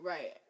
Right